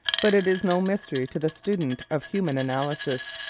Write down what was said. but it is no mystery to the student of human analysis.